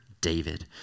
David